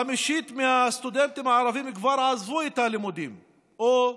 חמישית מהסטודנטים הערבים כבר עזבו את הלימודים או,